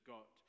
God